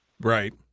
right